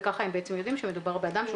וככה הם בעצם יודעים שמדובר באדם שהוא